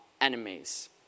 enemies